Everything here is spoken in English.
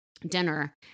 dinner